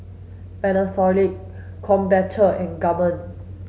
Panasonic Krombacher and Gourmet